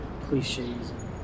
cliches